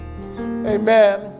Amen